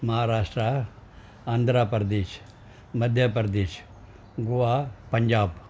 Maharashtra Andhra Pradesh Madhya Pradesh Goa Punjab